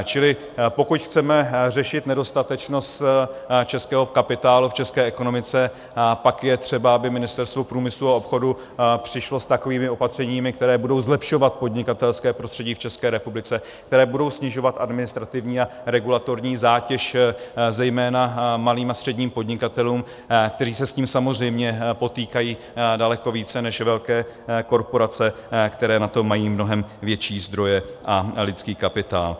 Čili pokud chceme řešit nedostatečnost českého kapitálu v české ekonomice, pak je třeba, aby Ministerstvo průmyslu a obchodu přišlo s takovými opatřeními, která budou zlepšovat podnikatelské prostředí v České republice, která budou snižovat administrativní a regulatorní zátěž zejména malým a středním podnikatelům, kteří se s tím samozřejmě potýkají daleko více než velké korporace, které na to mají mnohem větší zdroje a lidský kapitál.